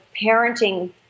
parenting